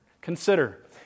Consider